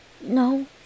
No